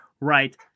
right